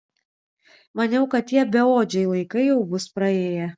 maniau kad tie beodžiai laikai jau bus praėję